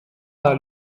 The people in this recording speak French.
par